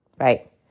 right